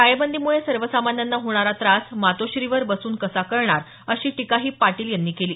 टाळेबंदीमुळे सर्वसामान्यांना होणारा त्रास मातोश्रीवर बसून कसा कळणार अशी टीकाही पाटील यांनी केली